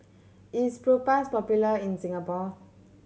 is Propass popular in Singapore